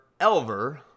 Elver